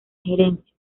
gerencia